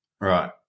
Right